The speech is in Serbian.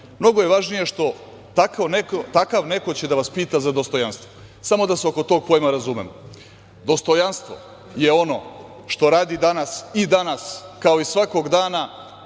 Mnogo je važnije što takav neko će da vas pita za dostojanstvo. Samo da se oko tog pojma razumemo. Dostojanstvo je ono što radi danas i danas, kao i svakog dana